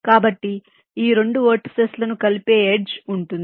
కాబట్టి ఈ రెండు వెర్టిసిస్ లను కలిపే ఎడ్జ్ ఉంటుంది